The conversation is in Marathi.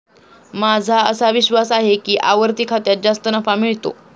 माझा असा विश्वास आहे की आवर्ती खात्यात जास्त नफा मिळतो